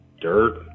dirt